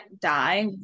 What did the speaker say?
die